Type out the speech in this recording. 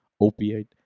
opiate